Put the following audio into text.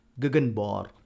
Gegenbar